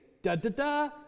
da-da-da